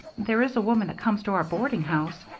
there is a woman that comes to our boarding-house.